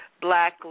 black